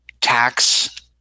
tax